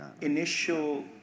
initial